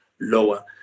lower